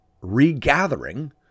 regathering